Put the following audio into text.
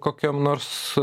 kokiam nors